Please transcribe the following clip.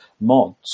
mods